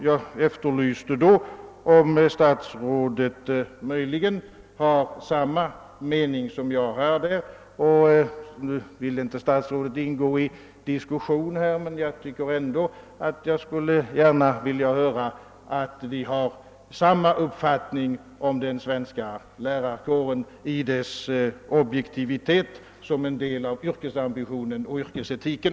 Jag efterlyste om statsrådet möjligen har samma uppfattning som jag har. Nu vill inte statsrådet ingå i någon diskussion här, men jag skulle ändå gärna vilja höra att vi har samma uppfattning om den svenska lärarkårens objektivitet som ett led i yrkesambitionen och yrkesetiken.